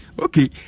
Okay